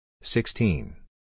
sixteen